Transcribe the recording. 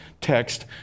text